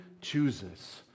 chooses